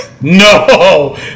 No